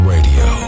Radio